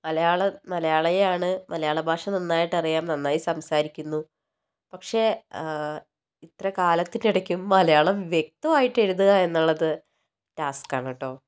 മലയാളം മലയാളിയാണ് മലയാള ഭാഷ നന്നായിട്ടറിയാം നന്നായി സംസാരിയ്ക്കുന്നു പക്ഷേ ഇത്ര കാലത്തിനിടയ്ക്കും മലയാളം വ്യക്തമായിട്ടെഴുതുക എന്നുള്ളത് ടാസ്ക്ക് ആണു കേട്ടോ